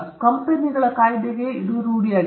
ಕಂಪೆನಿಗಳ ಕಾಯ್ದೆಗೆ ಇದು ಒಂದು ರೂಢಿಯಾಗಿದೆ